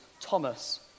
Thomas